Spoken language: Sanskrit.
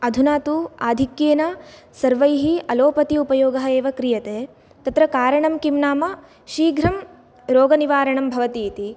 अधुना तु आधिक्येन सर्वैः अलोपति उपयोगः एवः क्रियते तत्र कारणं किं नाम शीघ्र रोगनिवारणं भवति इति